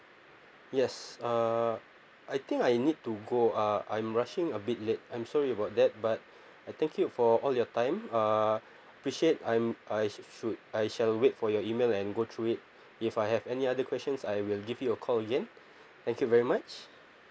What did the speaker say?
yes uh I think I need to go uh I'm rushing a bit late I'm sorry about that but thank you for all your time uh appreciate I'm I should I shall wait for your email and go through it if I have any other questions I will give you a call again thank you very much